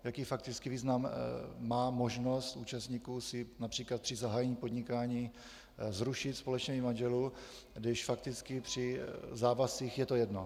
Jaký faktický význam má možnost účastníků si například při zahájení podnikání zrušit společné jmění manželů, když fakticky při závazcích je to jedno?